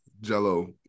jello